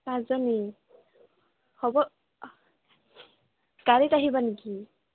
পাঁচজনী হ'ব গাড়ীত আহিবা নেকি